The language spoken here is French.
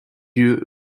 dieu